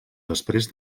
després